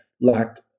lacked